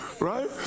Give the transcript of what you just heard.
Right